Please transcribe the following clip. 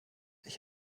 ich